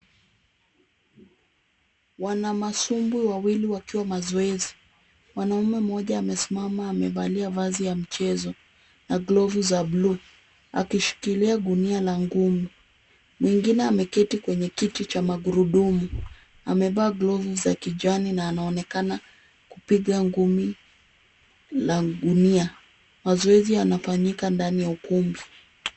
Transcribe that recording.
Wanamasumbwi wawili wakiwa mazoezi. Mwanamume mmoja amesimama, amevalia vazi ya mchezo na glovu za bluu akishikilia gunia la ngumi. Mwingine ameketi kwenye kiti cha magurudumu. Amevaa glovu za kijani na anaonekana kupiga ngumi la gunia. Mazoezi yanafanyika ndani ya ukumbi.